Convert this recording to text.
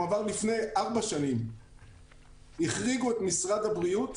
אבל החוק עבר כבר לפני ארבע שנים והחריגו את משרד הבריאות.